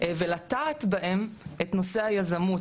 ולטעת בהם את נושא היזמות,